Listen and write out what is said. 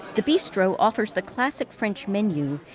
the bistro offers the classic french menu,